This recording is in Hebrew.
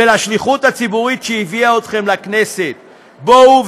ולשליחות הציבורית שהביאה אתכם לכנסת: בואו,